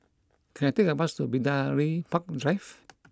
can I take a bus to Bidadari Park Drive